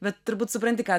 bet turbūt supranti ką